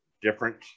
different